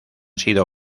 sido